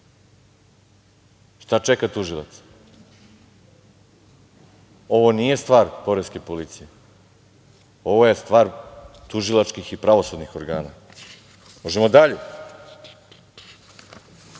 Šta čeka tužilac? Ovo nije stvar poreske policije. Ovo je stvar tužilačkih i pravosudnih organa. Možemo dalje